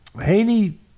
haney